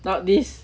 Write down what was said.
not this